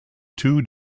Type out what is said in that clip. two